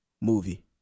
movie